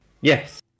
Yes